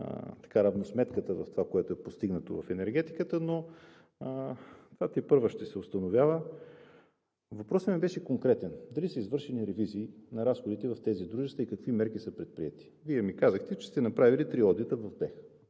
полза равносметката в това, което е постигнато в енергетиката, но това тепърва ще се установява. Въпросът ми беше конкретен: дали са извършени ревизии на разходите в тези дружества и какви мерки са предприети? Вие ми казахте, че сте направили три одита в БЕХ.